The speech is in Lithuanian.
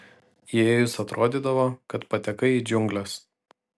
įėjus atrodydavo kad patekai į džiungles